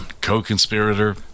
Co-conspirator